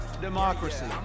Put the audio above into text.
democracy